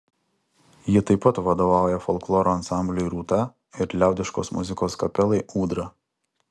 ji taip pat vadovauja folkloro ansambliui rūta ir liaudiškos muzikos kapelai ūdra